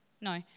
No